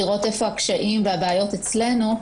לראות איפה הקשיים והבעיות אצלנו.